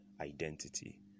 identity